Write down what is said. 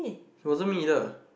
it wasn't me either